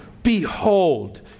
behold